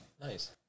Nice